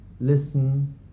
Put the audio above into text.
Listen